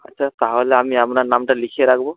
আচ্ছা তাহলে আমি আপনার নামটা লিখিয়ে রাখব